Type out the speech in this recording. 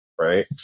right